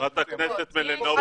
חברת הכנסת מלינובסקי,